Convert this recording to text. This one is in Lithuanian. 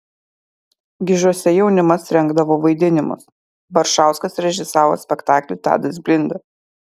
gižuose jaunimas rengdavo vaidinimus baršauskas režisavo spektaklį tadas blinda